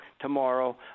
tomorrow